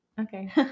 Okay